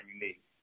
unique